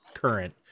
Current